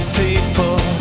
people